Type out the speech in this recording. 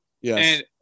Yes